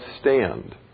stand